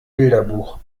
bilderbuch